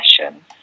session